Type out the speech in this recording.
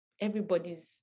everybody's